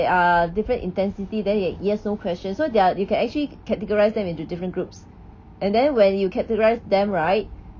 there are different intensity that there yes no question so there are you can actually categorize them into different groups and then when you categorise them right